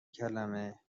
کلمه